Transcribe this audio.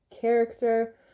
character